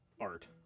art